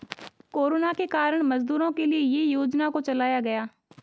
corona के कारण मजदूरों के लिए ये योजना को चलाया गया